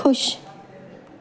ख़ुशि